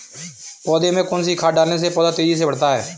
पौधे में कौन सी खाद डालने से पौधा तेजी से बढ़ता है?